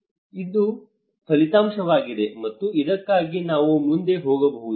ಇದು ಫಲಿತಾಂಶವಾಗಿದೆ ಮತ್ತು ಅದಕ್ಕಾಗಿ ನಾವು ಮುಂದೆ ಹೋಗಬಹುದು